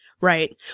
Right